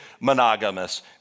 monogamous